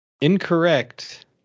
Incorrect